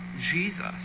Jesus